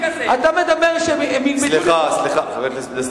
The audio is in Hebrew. אתה מדבר, סליחה, חבר הכנסת פלסנר.